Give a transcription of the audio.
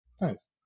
Nice